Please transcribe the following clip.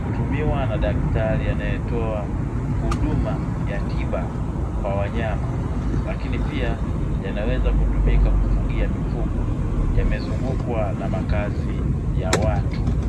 Hutumiwa na daktari anayetoa huduma ya tiba kwa wanyama, lakini pia yanaweza kutumika kufugia mifugo. Yamezungukwa na makazi ya watu.